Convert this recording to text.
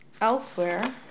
elsewhere